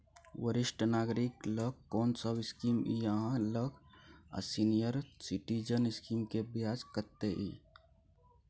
वरिष्ठ नागरिक ल कोन सब स्कीम इ आहाँ लग आ सीनियर सिटीजन स्कीम के ब्याज कत्ते इ?